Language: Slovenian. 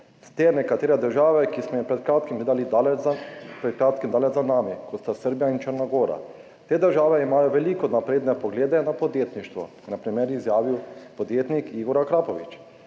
ter nekatere države, ki smo jih pred kratkim gledali daleč za nami, kot sta Srbija in Črna gora. Te države imajo veliko bolj napredne poglede na podjetništvo,« je na primer izjavil podjetnik Igor Akrapovič.